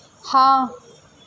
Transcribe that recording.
ہاں